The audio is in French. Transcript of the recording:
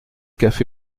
café